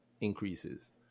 increases